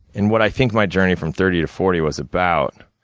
and what i think my journey from thirty to forty was about,